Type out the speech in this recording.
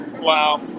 Wow